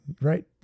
right